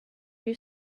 you